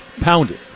pounded